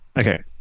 okay